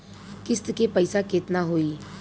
किस्त के पईसा केतना होई?